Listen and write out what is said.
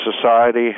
society